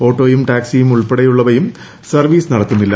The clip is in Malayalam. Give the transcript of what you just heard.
ഓട്ടോയും ടാക്സിയും ഉൾപ്പെടെയുള്ള വയും സർവീസ് നടത്തുന്നില്ല